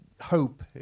hope